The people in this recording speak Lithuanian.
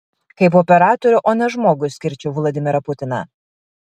kaip operatorių o ne žmogų išskirčiau vladimirą putiną